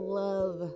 love